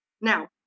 now